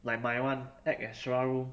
like my one add extra room